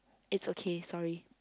it's okay sorry